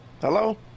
Hello